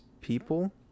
people